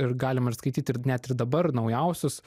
ir galima ir skaityti ir net ir dabar naujausius